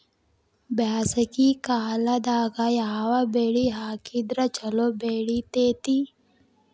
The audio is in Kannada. ಬ್ಯಾಸಗಿ ಕಾಲದಾಗ ಯಾವ ಬೆಳಿ ಹಾಕಿದ್ರ ಛಲೋ ಬೆಳಿತೇತಿ?